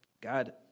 God